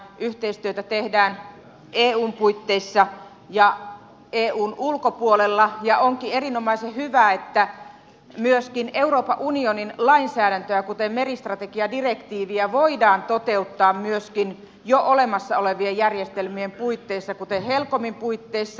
yhteistyötä tehdään eun puitteissa ja eun ulkopuolella ja onkin erinomaisen hyvä että myöskin euroopan unionin lainsäädäntöä kuten meristrategiadirektiiviä voidaan toteuttaa myöskin jo olemassa olevien järjestelmien puitteissa kuten helcomin puitteissa